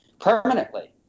permanently